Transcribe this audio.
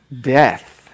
Death